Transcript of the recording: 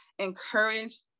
Encourage